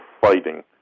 fighting